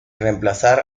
reemplazar